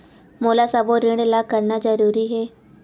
मोला सबो ऋण ला करना जरूरी हे?